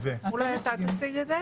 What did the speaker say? אולי אתה תציג את זה?